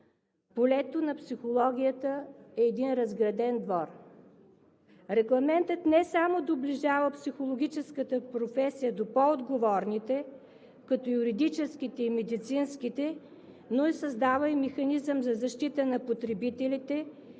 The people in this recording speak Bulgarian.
полето на психологията е един разграден двор. Регламентът не само доближава психологическата професия до по-отговорните, като юридическите и медицинските, но и създава механизъм за защита на потребителите,